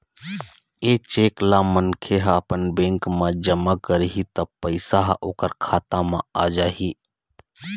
ए cheque ल मनखे ह अपन बेंक म जमा करही त पइसा ह ओखर खाता म आ जाही